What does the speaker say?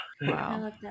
Wow